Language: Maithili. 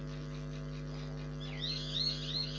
साधारण ब्याज दर के नाममात्र वार्षिक फीसदी दर कहल जाइत अछि